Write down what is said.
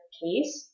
case